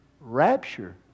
Rapture